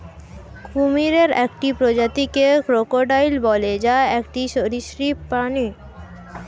কুমিরের একটি প্রজাতিকে ক্রোকোডাইল বলে, যা একটি সরীসৃপ প্রাণী